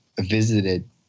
visited